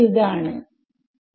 ആണ്